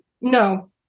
No